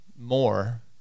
more